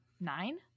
Nine